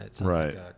Right